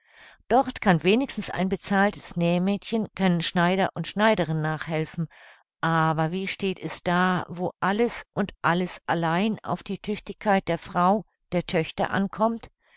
dort kann wenigstens ein bezahltes nähmädchen können schneider und schneiderin nachhelfen aber wie steht es da wo alles und alles allein auf die tüchtigkeit der frau der töchter ankommt